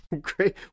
Great